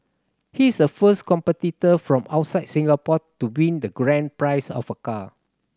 he is a first competitor from outside Singapore to win the grand prize of a car